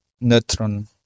neutron